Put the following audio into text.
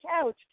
couch